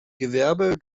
gewerbe